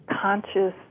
conscious